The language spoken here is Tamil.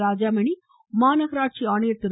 ராஜாமணி மாநகராட்சி ஆணையர் திரு